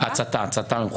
עבירת הצתה במכוון.